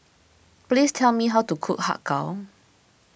please tell me how to cook Har Kow